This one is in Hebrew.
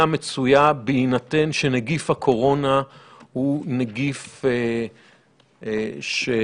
מצויה בהינתן שנגיף הקורונה הוא נגיף שנמצא,